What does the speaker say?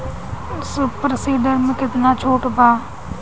Super seeder मै कितना छुट बा?